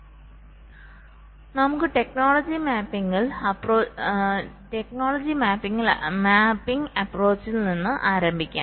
അതിനാൽ നമുക്ക് ടെക്നോളജി മാപ്പിംഗ്ൽ അപ്പ്രോചിൽ നിന്ന് ആരംഭിക്കാം